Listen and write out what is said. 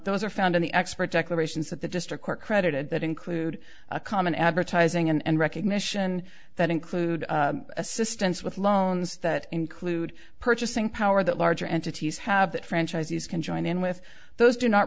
those are found in the expert declarations that the district court credited that include a common advertising and recognition that include assistance with loans that include purchasing power that larger entities have that franchisees can join in with those do not